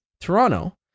Toronto